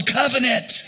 covenant